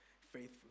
faithful